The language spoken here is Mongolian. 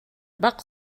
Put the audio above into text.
бага